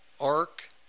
arc